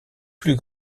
plus